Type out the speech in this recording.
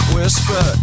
Whisper